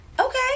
okay